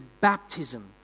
baptism